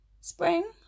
Spring